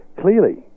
clearly